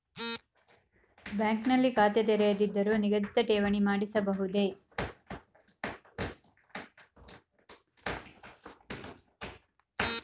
Bank ನಲ್ಲಿ ಖಾತೆ ತೆರೆಯದಿದ್ದರೂ ನಿಗದಿತ ಠೇವಣಿ ಮಾಡಿಸಬಹುದೇ?